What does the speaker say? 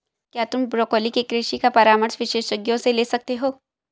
क्या तुम ब्रोकोली के कृषि का परामर्श विशेषज्ञों से ले सकते हो?